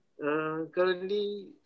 currently